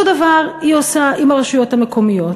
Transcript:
אותו דבר היא עושה דרך הרשויות המקומיות.